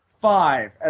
five